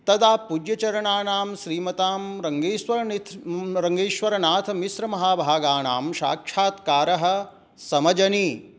तदा पूज्यचरणानां श्रीमतां रङ्गेश्वर नित् रङ्गेश्वरनाथमिश्रमहाभागानां साक्षात्कारः समजनि